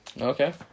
Okay